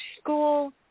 school